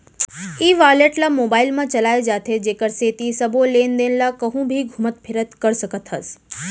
ई wallet ल mobile म चलाए जाथे जेकर सेती सबो लेन देन ल कहूँ भी घुमत फिरत कर सकत हस